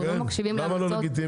לא מקשיבים לעצות --- למה לא לגיטימי?